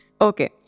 Okay